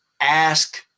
ask